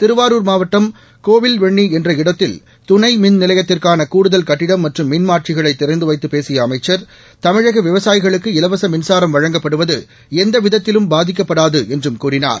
திருவாரூர் மாவட்டம் கோவில்வெண்ணி என்ற இடத்தில் துணை மின் நிலையத்திற்கான கூடுதல் கட்டடம் மற்றும் மின்மாற்றிகளை திறந்து வைத்துப் பேசிய அமைச்சர் தமிழக விவசாயிகளுக்கு இலவச மின்சாரம் வழங்கப்படுவது எந்தவிதத்திலும் பாதிக்கப்படாது என்றும் கூறினார்